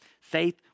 faith